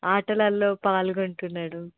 ఆటలల్లో పాల్గొంటున్నాడు